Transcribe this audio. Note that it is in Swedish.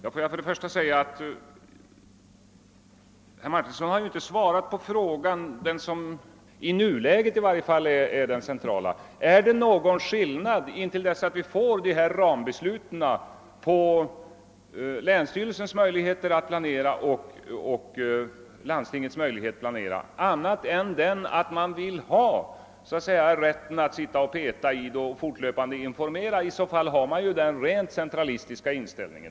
Herr talman! Herr Martinsson har inte svarat på den fråga som i varje fall i nuläget är den centrala. är det innan vi får rambesluten någon skillnad på länsstyrelsens och landstingets möjligheter att planera. I så fall har man en rent centralistisk inställning och vill ha ett system där regeringen fortlöpande instruerar och dirigerar länsstyrelsen.